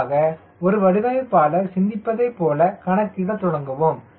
குறிப்பாக ஒரு வடிவமைப்பாளர் சிந்திப்பதை போல கணக்கிட தொடங்குவோம்